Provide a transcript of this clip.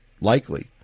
likely